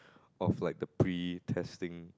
of like the pre testing